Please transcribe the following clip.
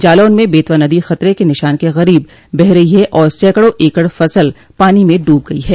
जालौन में बेतवा नदी खतरे के निशान के करीब बह रही है और सैकड़ों एकड़ फसल पानी में डूब गई है